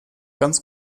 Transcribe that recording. ganz